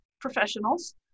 professionals